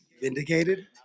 Vindicated